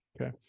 Okay